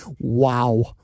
Wow